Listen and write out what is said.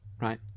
right